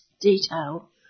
detail